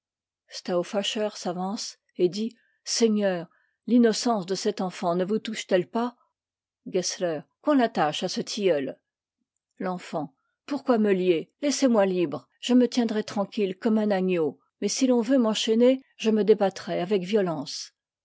stauffacher s'avance et dit a seigneur l'innocence de cet enfant ne vous touche t elle pas gessler qu'on l'attache à ce tilleul l'enfant pourquoi me lier laissez-moi libre je me tiendrai tranquille comme un agneau mais si l'on veut m'enchaîner je me débattrai avec viotence